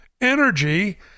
energy